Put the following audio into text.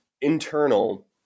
internal